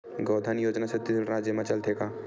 गौधन योजना छत्तीसगढ़ राज्य मा चलथे का?